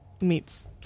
meets